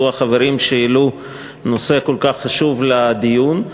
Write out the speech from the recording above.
החברים שהעלו נושא כל כך חשוב לדיון,